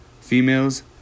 females